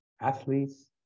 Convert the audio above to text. athletes